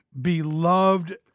beloved